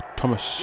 Thomas